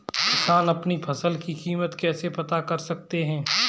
किसान अपनी फसल की कीमत कैसे पता कर सकते हैं?